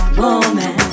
woman